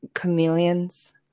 chameleons